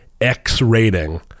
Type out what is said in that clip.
X-rating